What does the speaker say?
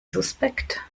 suspekt